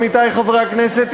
עמיתי חברי הכנסת,